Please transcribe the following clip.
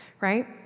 right